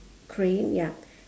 crane ya